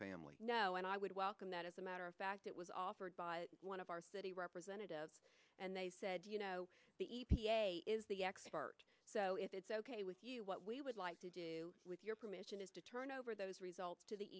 family know and i would welcome that as a matter of fact it was offered by one of our city representatives and they said you know the e p a is the expert so if it's ok with you what we would like to do with your permission is to turn over those results to the